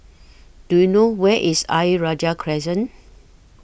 Do YOU know Where IS Ayer Rajah Crescent